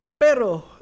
Pero